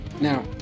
Now